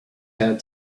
had